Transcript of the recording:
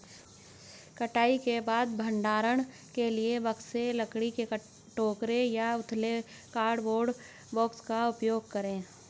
कटाई के बाद भंडारण के लिए बक्से, लकड़ी के टोकरे या उथले कार्डबोर्ड बॉक्स का उपयोग करे